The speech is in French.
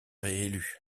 réélu